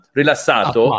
rilassato